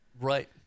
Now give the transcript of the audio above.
Right